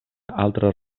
altres